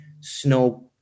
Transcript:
snow